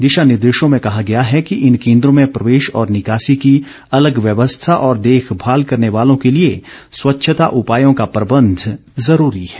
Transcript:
दिशा निर्देशों में कहा गया है कि इन केन्द्रों में प्रवेश और निकॉसी की अलग व्यवस्था और देखमाल करने वालों के लिए स्वच्छता उपायों का प्रबंध जरूरी है